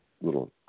little